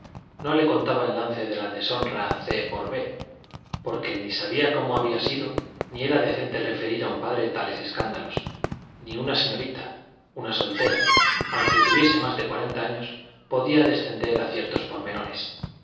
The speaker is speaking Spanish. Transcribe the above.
no le contaba el lance de la deshonra c por b porque ni sabía cómo había sido ni era decente referir a un padre tales escándalos ni una señorita una soltera aunque tuviese más de cuarenta años podía descender a ciertos pormenores